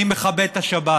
אני מכבד את השבת.